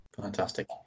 Fantastic